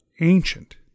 ancient